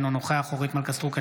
אינו נוכח אורית מלכה סטרוק,